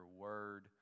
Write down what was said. word